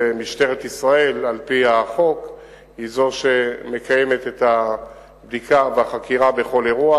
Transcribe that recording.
משטרת ישראל על-פי החוק היא זו שמקיימת את הבדיקה והחקירה בכל אירוע